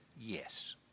Yes